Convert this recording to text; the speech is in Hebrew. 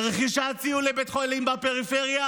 רכישת ציוד לבית חולים בפריפריה,